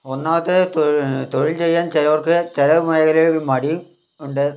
ഒന്നാമത്തെ തൊഴിൽ ചെയ്യാൻ ചിലവർക്ക് ചില മേഖലയിൽ മടി ഉണ്ട്